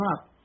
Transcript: up